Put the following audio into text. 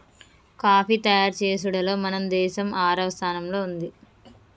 coffee తయారు చేసుడులో మన దేసం ఆరవ స్థానంలో ఉంది